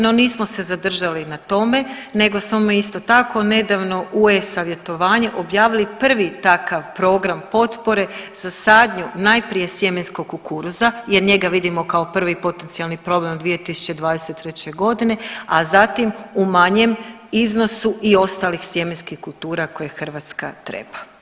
No nismo se zadržali na tome nego smo isto tako nedavno u e-Savjetovanje objavili prvi takav program potpore za sadnju najprije sjemenskog kukuruza jer njega vidimo kao prvi potencijalni problem u 2023.g., a zatim u manjem iznosu i ostalih sjemenskih kultura koje Hrvatska treba.